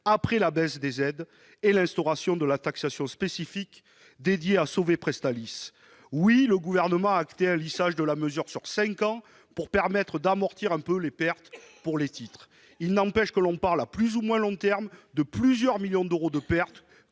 après la baisse des aides et l'instauration de la taxation spécifique destinée à sauver Presstalis. Certes, le Gouvernement a acté un lissage de la mesure sur cinq ans pour permettre d'amortir quelque peu les pertes pour les titres. Il n'empêche que l'on parle à plus ou moins long terme de plusieurs millions d'euros de pertes